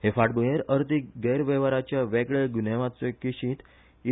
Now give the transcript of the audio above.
हे फांटभुयेर अर्थिक गैरवेव्हाराच्या वेगळ्या गुन्यावाचे केशींत ई